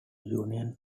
union